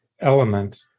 element